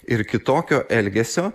ir kitokio elgesio